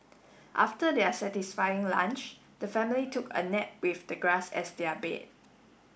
after their satisfying lunch the family took a nap with the grass as their bed